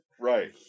Right